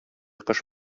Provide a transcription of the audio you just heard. кыш